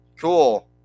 cool